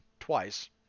Twice